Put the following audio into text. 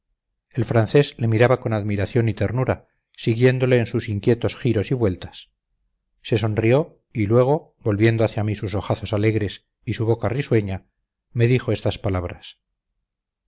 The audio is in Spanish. el francés le miraba con admiración y ternura siguiéndole en sus inquietos giros y vueltas se sonrió y luego volviendo hacia mí sus ojazos alegres y su boca risueña me dijo estas palabras